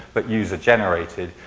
but user generated,